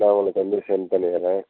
நான் உங்களுக்கு வந்து செண்ட் பண்ணிவிட்றேன்